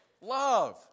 Love